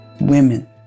women